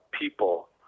people